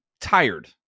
tired